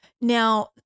Now